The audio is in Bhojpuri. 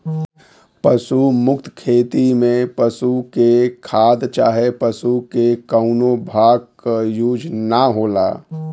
पशु मुक्त खेती में पशु के खाद चाहे पशु के कउनो भाग क यूज ना होला